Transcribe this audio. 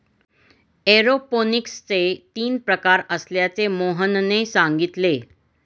एरोपोनिक्सचे तीन प्रकार असल्याचे मोहनने सांगितले